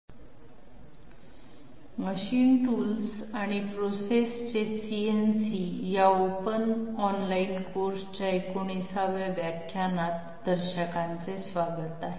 computer numerical control of machine tools and process" या open online कोर्सच्या 19 व्या व्याख्यानात दर्शकांचे स्वागत आहे